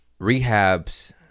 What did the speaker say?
rehabs